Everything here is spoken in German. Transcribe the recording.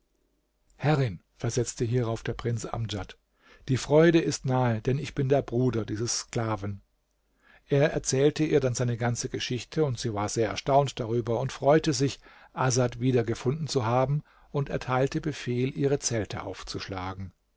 herrin versetzte hierauf der prinz amdjad die freude ist nahe denn ich bin der bruder dieses sklaven er erzählte ihr dann seine ganze geschichte und sie war sehr erstaunt darüber und freute sich asad wieder gefunden zu haben und erteilte befehl ihre zelte aufzuschlagen